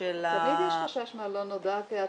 של -- תמיד יש חשש מהלא נודע כי עד